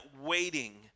waiting